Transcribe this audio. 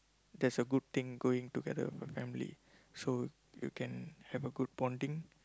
there's a good thing going together with your family so you can have a good bonding